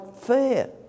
fair